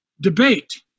debate